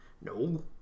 No